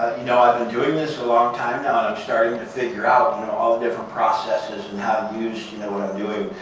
you know i've been doing this a long time now. i'm starting to figure out and all the different processes and how to use what i'm doing.